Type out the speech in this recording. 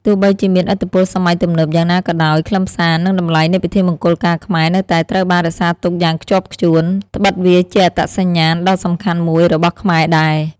ទោះបីជាមានឥទ្ធិពលសម័យទំនើបយ៉ាងណាក៏ដោយ ខ្លឹមសារ និងតម្លៃនៃពិធីមង្គលការខ្មែរនៅតែត្រូវបានរក្សាទុកយ៉ាងខ្ជាប់ខ្ជួន ដ្បិតវាជាអត្តសញ្ញាណដ៏សំខាន់មួយរបស់ខ្មែរដែរ ។